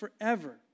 forever